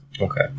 Okay